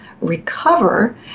recover